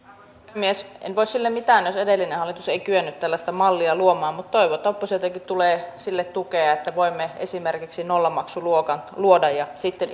puhemies en voi sille mitään jos edellinen hallitus ei kyennyt tällaista mallia luomaan mutta toivon että oppositioltakin tulee sille tukea että voimme esimerkiksi nollamaksuluokan luoda ja sitten